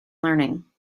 learning